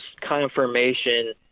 confirmation